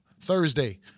Thursday